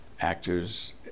actors